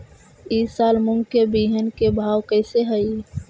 ई साल मूंग के बिहन के भाव कैसे हई?